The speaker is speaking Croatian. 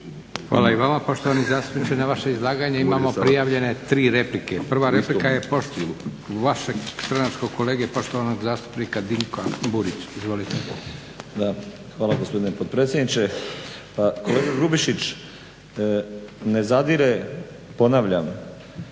Hvala i vama poštovani zastupniče. Na vaše izlaganje imamo prijavljene tri replike. Prva replika je vašeg stranačkog kolege poštovanog zastupnika Dinka Burića. Izvolite. **Burić, Dinko (HDSSB)** Hvala, gospodine potpredsjedniče. Kolega Grubišić ne zadire ponavljam